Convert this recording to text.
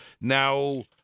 Now